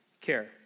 care